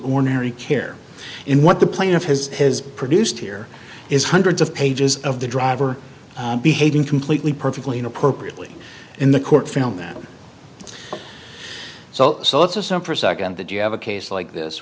ordinary care in what the plaintiff has has produced here is hundreds of pages of the driver behaving completely perfectly and appropriately in the court found that so so let's assume for a second that you have a case like this